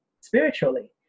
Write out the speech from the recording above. spiritually